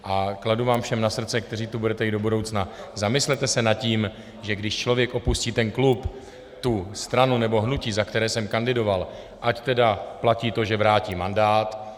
A kladu vám všem na srdce, kteří tu budete i do budoucna, zamyslet se nad tím, že když člověk opustí ten klub, tu stranu nebo hnutí, za které kandidoval, ať tedy platí to, že vrátí mandát.